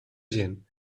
gent